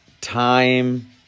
time